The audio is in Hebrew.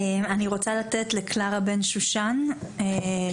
אני רוצה לתת לקלרה בן שושן את רשות הדיבור.